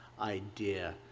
idea